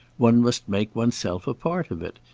one must make one's self a part of it.